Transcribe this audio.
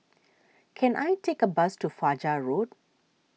can I take a bus to Fajar Road